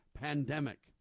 pandemic